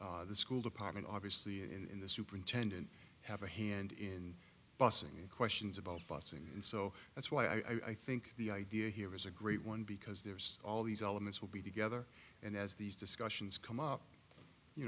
site the school department obviously in the superintendent have a hand in bussing in questions about bussing and so that's why i think the idea here is a great one because there's all these elements will be together and as these discussions come up you